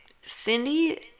Cindy